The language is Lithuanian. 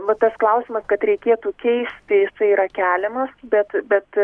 va tas klausimas kad reikėtų keisti jisai yra keliamas bet bet